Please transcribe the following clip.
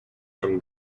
from